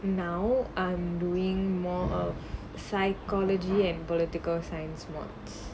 now I'm doing more of psychology and political science modules